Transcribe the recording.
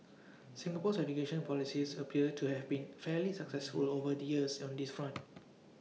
Singapore's education policies appear to have been fairly successful over the years on this front